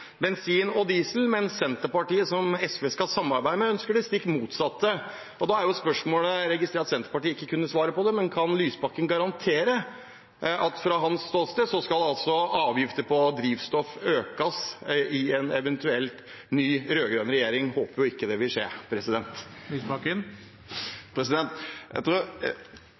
bensin og diesel, mens Senterpartiet, som SV skal samarbeide med, ønsker det stikk motsatte. Da er jo spørsmålet, og jeg registrerer at Senterpartiet ikke kunne svare på det: Kan Lysbakken garantere, fra hans ståsted, at avgifter på drivstoff skal økes i en eventuell ny rød-grønn regjering? Jeg håper jo ikke det vil skje.